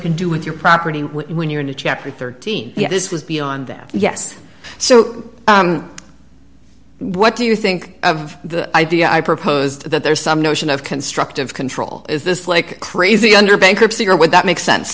could do with your property when you're in a chapter thirteen this was beyond that yes so what do you think of the idea i proposed that there's some notion of constructive control is this like crazy under bankruptcy or would that make sense